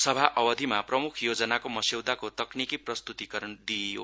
सभा अवधिमा प्रमुख योजनाको मस्यौदाको तक्नीकी प्रस्तुतिकरण दिङ्यो